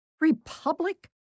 Republic